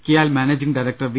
KIAL managing director V